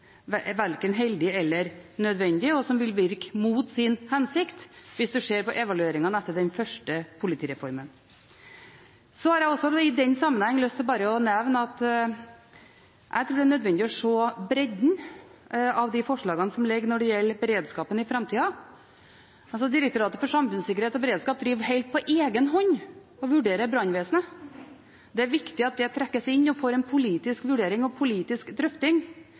verken heldig eller nødvendig, og som vil virke mot sin hensikt, hvis man ser på evalueringen etter den første politireformen. Så har jeg i den sammenheng lyst til bare å nevne at jeg tror det er nødvendig å se bredden i de forslagene som foreligger når det gjelder beredskapen i framtida. Direktoratet for samfunnssikkerhet og beredskap vurderer helt på egen hånd brannvesenet. Det er viktig at det trekkes inn og får en politisk vurdering og en politisk drøfting.